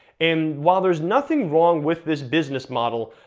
and while there's nothing wrong with this business model,